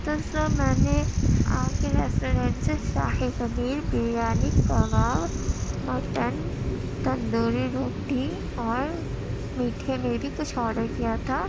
تو سر میں نے آپ کے ریسٹورنٹ سے شاہی پنیر بریانی کباب مٹن تندوری روٹی اور میٹھے میں بھی کچھ آڈر کیا تھا